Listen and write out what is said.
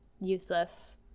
useless